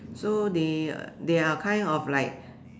so they they are kind of like